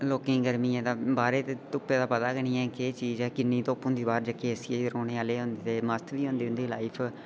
लोकें ई गर्मियें दी ब्हारै ई ते धुप्पै दा पता निं ऐ केह् चीज़ ऐ कि'न्नी धुप्प होंदी बाह्र जेह्के एसी रौह्ने आह्ले मस्त बी होंदी उं'दी लाईफ